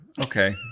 Okay